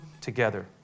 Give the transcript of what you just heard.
together